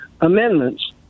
amendments